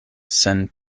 sen